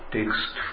Text